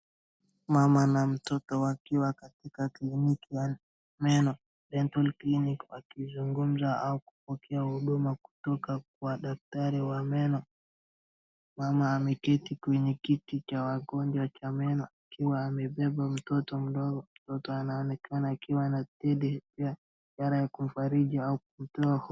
Mama na mtoto wakiwa katika clinic ya meno dental clinic wakizungumza au kupokea huduma kutoka kwa daktari wa meno. Mama ameketi kwenye kiti cha wagonjwa cha meno akiwa amebeba mtoto mdogo, mtoto anaonekana akiwa na teddy ile ya kumfariji au kumtoa hofu.